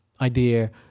idea